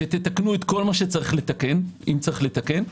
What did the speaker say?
שתתקנו את כל מה שצריך לתקן אם צריך לתקן,